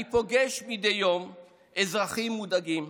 אני פוגש מדי יום אזרחים מודאגים,